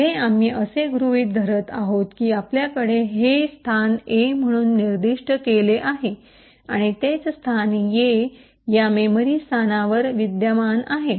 पुढे आम्ही असे गृहीत धरत आहोत की आपल्याकडे हे स्थान ए म्हणून निर्दिष्ट केले आहे आणि तेच स्थान ए या मेमरी स्थानावर विद्यमान आहे